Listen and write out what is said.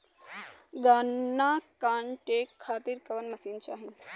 गन्ना कांटेके खातीर कवन मशीन चाही?